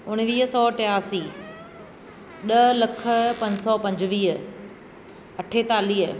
उणिवीह सौ टियासी ॾह लख पंज सौ पंजुवीह अठेतालीह